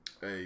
Hey